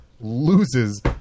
loses